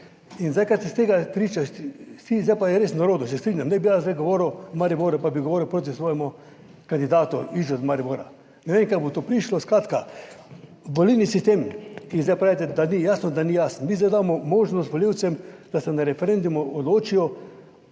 In zdaj, kar se iz tega / nerazumljivo/, zdaj pa je res narod(?), se strinjam, ne bi jaz zdaj govoril v Mariboru, pa bi govoril proti svojemu kandidatu iz Maribora, ne vem kako bo to prišlo. Skratka, volilni sistem, ki zdaj pravite, da ni, jasno, da ni jasen. Mi zdaj damo možnost volivcem, da se na referendumu odločijo